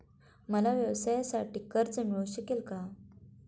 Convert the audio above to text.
मला व्यवसायासाठी कर्ज मिळू शकेल का?